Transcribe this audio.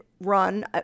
run